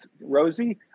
Rosie